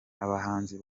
abahanzi